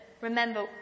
remember